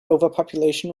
overpopulation